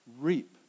reap